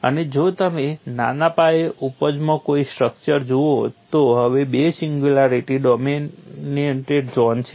અને જો તમે નાના પાયે ઉપજમાં કોઈ સ્ટ્રક્ચર જુઓ તો હવે બે સિંગ્યુલારિટી ડોમિનેટેડ ઝોન છે